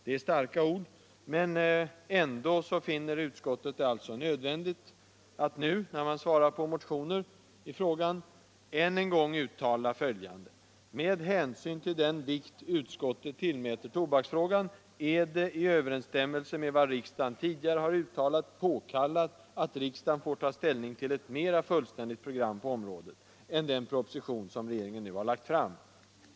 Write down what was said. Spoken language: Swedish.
Det är starka ord, men ändå finner utskottet det nödvändigt att nu, när man besvarar motioner i frågan, än en gång uttala följande: ”Med hänsyn till den vikt utskottet tillmäter tobaksfrågan är det emellertid i överensstämmelse med vad riksdagen tidigare uttalat påkallat att riksdagen får ta ställning till ett mera fullständigt program på området” — mera fullständigt än den proposition som regeringen nu har lagt fram.